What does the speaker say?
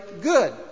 good